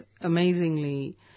amazingly